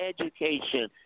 education